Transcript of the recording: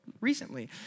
recently